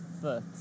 foot